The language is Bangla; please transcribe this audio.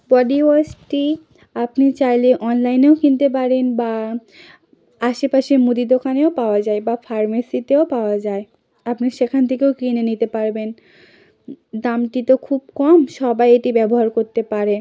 বডি ওয়াশটি আপনি চাইলে অনলাইনেও কিনতে পারেন বা আশেপাশে মুদি দোকানেও পাওয়া যায় বা ফার্মেসিতেও পাওয়া যায় আপনি সেখান থেকেও কিনে নিতে পারবেন দামটি তো খুব কম সবাই এটি ব্যবহার করতে পারে